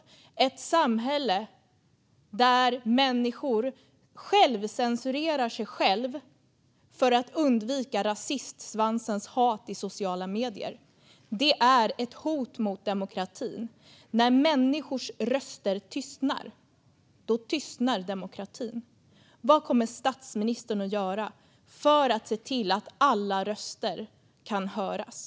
Det är ett samhälle där människor självcensurerar sig för att undvika rasistsvansens hat i sociala medier. Det är ett hot mot demokratin. När människors röster tystnar, då tystnar demokratin. Vad kommer statsministern att göra för att se till att alla röster kan höras?